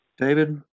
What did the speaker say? David